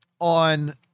on